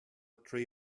tree